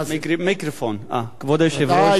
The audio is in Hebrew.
כבוד היושב-ראש,